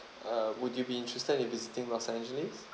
uh would you be interested in visiting los angeles